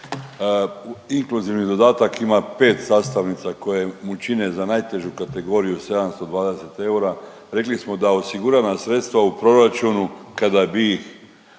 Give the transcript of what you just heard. Inkluzivni dodatak ima 5 sastavnica mu čine za najtežu kategoriju 720 eura, rekli smo da osigurana sredstva u proračunu, kada bi ih